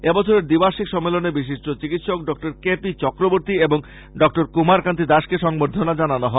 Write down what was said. এবছরের দ্বি বার্ষিক সম্মেলনে বিশিষ্ট চিকিৎসক ডক্টর কে পি চক্রবর্ত্তী এবং ডক্টর কুমার কান্তি দাসকে সংবর্ধনা জানানো হয়েছে